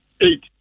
eight